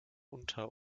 unter